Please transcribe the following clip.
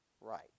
right